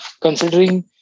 considering